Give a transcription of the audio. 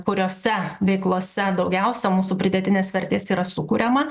kuriose veiklose daugiausiai mūsų pridėtinės vertės yra sukuriama